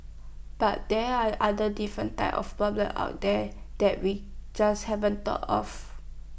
but there are other different type of problems out there that we just haven't thought of